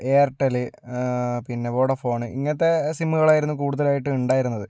എയർടെല്ല് ആ പിന്നെ വൊഡാഫോണ് ഇങ്ങനത്തെ സിമ്മുകളായിരുന്നു കൂടുതലയിട്ട് ഉണ്ടായിരുന്നത്